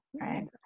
Right